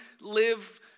live